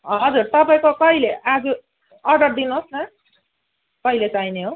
हजुर तपाईँको कहिले आज अर्डर दिनुहोस् न कहिले चाहिने हो